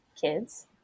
kids